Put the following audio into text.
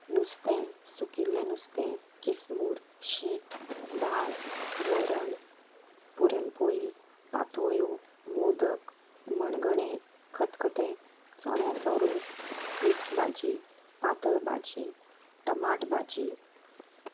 नुस्तें सुकिल्लें नुस्तें किसमूर शीत दाळ वरण पुरणपोळी पातोळ्यो मोदक मणगणें खतखतें चण्याचो रोस मिक्स भाजी पातळ भाजी टमाट भाजी